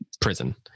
prison